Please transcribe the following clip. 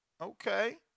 Okay